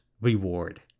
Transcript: reward